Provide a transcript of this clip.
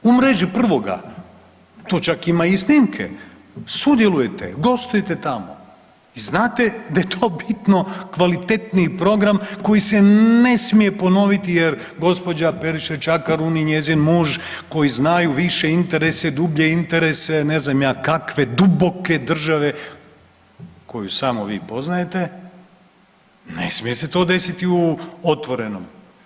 U mreži 1. to čak ima i snimke sudjelujete, gostujete tamo i znate da je to bitno kvalitetniji program koji se ne smije ponoviti jer gospođa Periša Čakarun i njezin muž koji znaju više interese, dublje interese, ne znam ja kakve, duboke države koju samo vi poznajete ne smije se to desiti u Otvorenom.